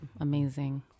Amazing